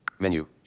Menu